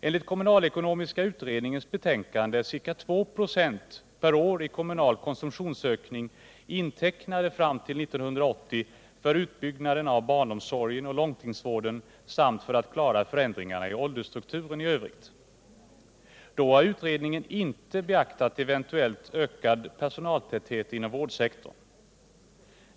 Enligt den kommunalekonomiska utredningens betänkande är ca 2 96 per år i kommunal konsumtionsökning intecknade fram till 1980 för utbyggnaden av barnomsorgen och långtidsvården samt för att klara förändringarna i åldersstrukturen i övrigt. Då har utredningen inte beaktat eventuellt ökad personaltäthet inom vårdsektorn.